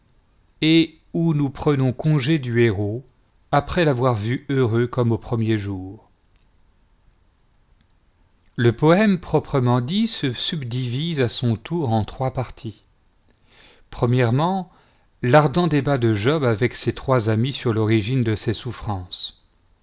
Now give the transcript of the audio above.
et où nous prenons conué du héros après l'avoir vu heureux comme aux premiers jours le poème proprement dit se subdivise à son tour en trois parties l'ardent débat de job avec ses trois amis sur l'origine de ses souffrances